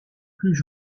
plus